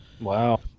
Wow